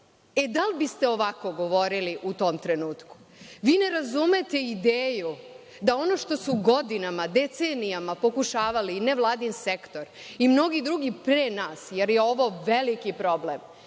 Da li bi ste ovako govorili u tom trenutku? Vi ne razumete ideju, da ono što su godinama, decenijama, pokušavali i nevladin sektor, i mnogi drugi pre nas, jer je ovo veliki problem,